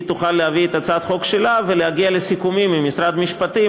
היא תוכל להביא את הצעת החוק שלה ולהגיע לסיכומים עם משרד המשפטים